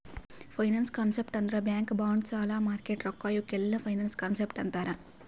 finance concept ಅಂದುರ್ bank bonds ಸಾಲ market ರೊಕ್ಕಾ ಇವುಕ್ ಎಲ್ಲಾ ಫೈನಾನ್ಸ್ ಕಾನ್ಸೆಪ್ಟ್ ಅಂತಾರ್